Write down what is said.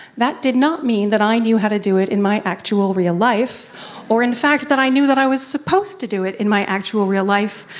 that did not mean that i knew how to do it in my actual real life or, in fact, that i knew i was supposed to do it in my actual real life,